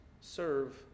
Serve